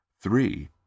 Three